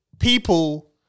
People